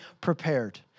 prepared